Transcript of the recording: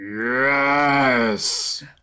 Yes